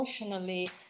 emotionally